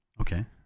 Okay